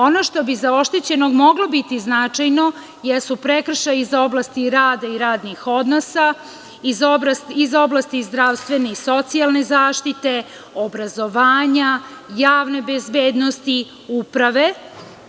Ono što bi za oštećenog moglo biti značajno jesu prekršaji iz oblasti rada i radnih odnosa, iz oblasti zdravstvene i socijalne zaštite, obrazovanja, javne bezbednosti, uprave.